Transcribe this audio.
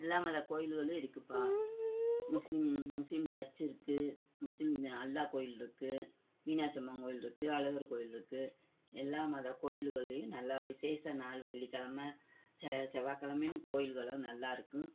எல்லாம் மத கோயில்களும் இருக்குதுப்பா முஸ்லீம் முஸ்லீம் சர்ச்சி இருக்குது முஸ்லீம் அல்லா கோயில்ருக்குது மீனாட்சி அம்மன் கோயில்ருக்குது அழகர் கோவில் இருக்குது எல்லா மத கோயில்கள்லேயும் நல்ல விசேஷ நாள் வெள்ளிக்கெழம ச செவ்வாகெலமையும் கோயில்களும் நல்லா இருக்கும்